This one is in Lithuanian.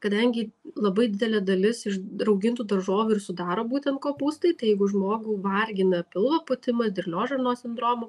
kadangi labai didelė dalis iš raugintų daržovių ir sudaro būten kopūstai tai jeigu žmogų vargina pilvo pūtimas dirglios žarnos sindromo